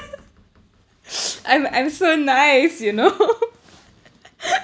I'm I’m so nice you know